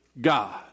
God